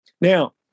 Now